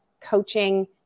coaching